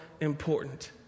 important